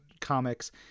comics